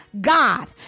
God